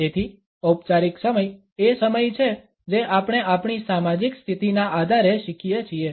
તેથી ઔપચારિક સમય એ સમય છે જે આપણે આપણી સામાજિક સ્થિતિના આધારે શીખીએ છીએ